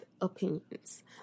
opinions